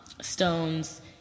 stones